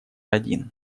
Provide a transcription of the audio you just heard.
один